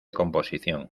composición